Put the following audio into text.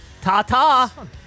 Ta-ta